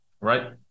Right